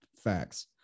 Facts